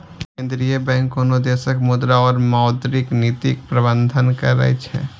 केंद्रीय बैंक कोनो देशक मुद्रा और मौद्रिक नीतिक प्रबंधन करै छै